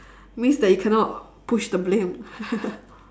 means that you cannot push the blame